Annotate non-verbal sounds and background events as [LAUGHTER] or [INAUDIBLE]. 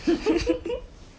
[NOISE]